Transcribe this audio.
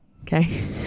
Okay